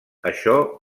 això